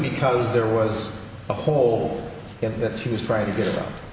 because there was a hole in it she was trying to get